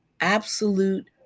absolute